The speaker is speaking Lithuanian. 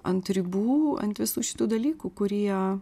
ant ribų ant visų šitų dalykų kurie